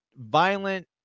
violent